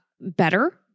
better